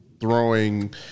throwing